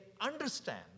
understand